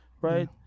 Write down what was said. right